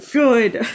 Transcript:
good